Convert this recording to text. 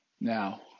Now